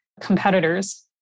competitors